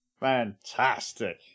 Fantastic